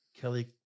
Kelly